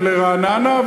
ולרעננה,